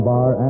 Bar